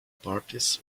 parties